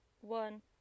one